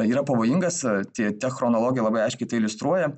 yra pavojingas tie ta chronologija labai aiškiai tai iliustruoja